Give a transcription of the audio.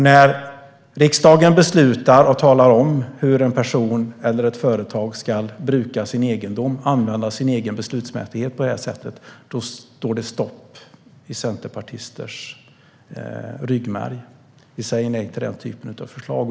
När riksdagen beslutar och talar om hur en person eller ett företag ska bruka sin egendom och använda sin egen beslutsmässighet står det stopp i centerpartisters ryggmärg. Vi säger nej till den typen av förslag.